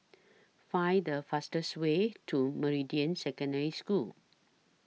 Find The fastest Way to Meridian Secondary School